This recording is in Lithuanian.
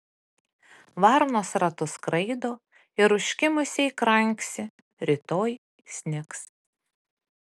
varnos ratu skraido ir užkimusiai kranksi rytoj snigs